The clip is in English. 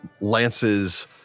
lances